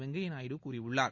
வெங்கைய நாயுடு கூறியுள்ளார்